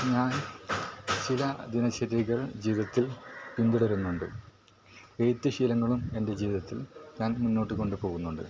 ഞാൻ ചില ദിനചര്യകൾ ജീവിതത്തിൽ പിന്തുടരുന്നുണ്ട് എഴുത്ത് ശീലങ്ങളും എൻ്റെ ജീവിതത്തിൽ ഞാൻ മുന്നോട്ട് കൊണ്ട് പോകുന്നുണ്ട്